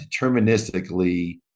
deterministically